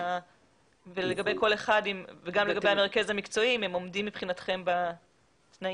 וגם לגבי המרכז המקצועי אם הם עומדים מבחינתכם בתנאים?